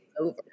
over